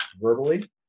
verbally